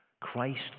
Christ